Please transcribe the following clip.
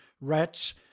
Rats